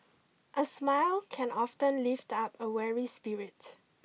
a smile can often lift up a weary spirit